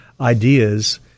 ideas